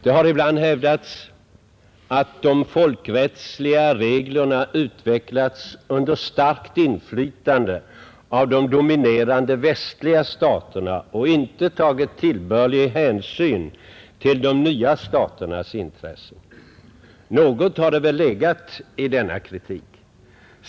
Det har ibland hävdats att de folkrättsliga reglerna utvecklats under starkt inflytande av de dominerande västliga staterna och inte tagit tillbörlig hänsyn till de nya staternas intressen. Något har det väl legat i denna kritik.